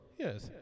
Yes